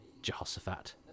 Jehoshaphat